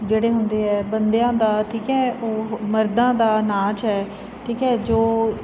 ਜਿਹੜੇ ਹੁੰਦੇ ਆ ਬੰਦਿਆਂ ਦਾ ਠੀਕ ਹੈ ਉਹ ਮਰਦਾਂ ਦਾ ਨਾਚ ਹੈ ਠੀਕ ਹੈ ਜੋ